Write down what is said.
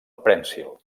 prènsil